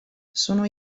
sono